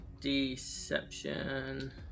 deception